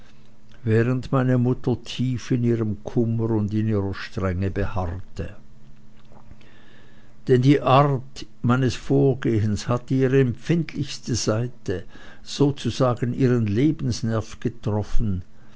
während meine mutter tief in ihrem kummer und in ihrer strenge beharrte denn die art meines vergehens hatte ihre empfindlichste seite sozusagen ihren